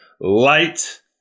light